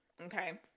Okay